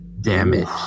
damage